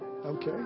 Okay